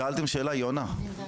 שאלתם שאלה, היא עונה.